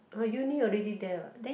ah uni already there what